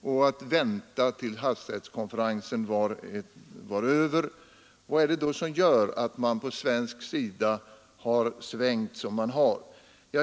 och vänta till dess havsrättskonferensen var över, vad är det då som gör att man på svensk sida har svängt som man gjort?